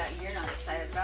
you're not excited